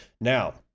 Now